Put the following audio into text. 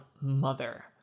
mother